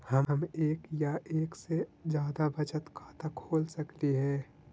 हम एक या एक से जादा बचत खाता खोल सकली हे?